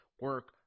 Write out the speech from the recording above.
Work